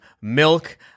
milk